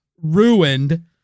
ruined